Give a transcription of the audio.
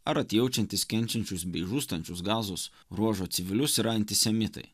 ar atjaučiantys kenčiančius bei žūstančius gazos ruožo civilius yra antisemitai